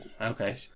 okay